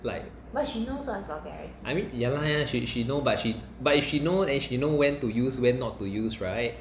like mean ya lah ya lah she she know but she if she know when to use when not to use right